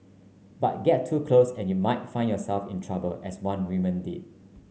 but get too close and you might find yourself in trouble as one women did